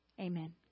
Amen